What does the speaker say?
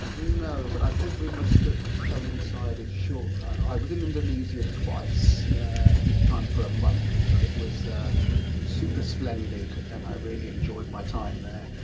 no, but i think we must have ah coincided shortly. i was in indonesia twice each time for a month and it was super splendid and i really enjoyed my time there.